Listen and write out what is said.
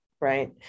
right